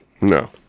No